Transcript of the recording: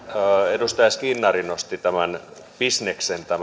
edustaja skinnari nosti esille tämän bisneksen